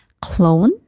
clone